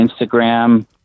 Instagram